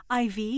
IV